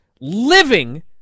living